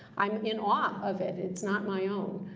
i'm in awe of it. it's not my own.